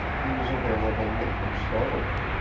he was aware of a look which startled him.